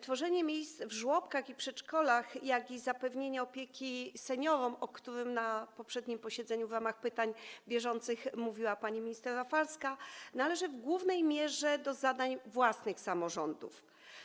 Tworzenie miejsc w żłobkach i przedszkolach, jak również zapewnienie opieki seniorom, o których na poprzednim posiedzeniu w ramach pytań bieżących mówiła pani minister Rafalska, należy w głównej mierze do zadań własnych samorządów.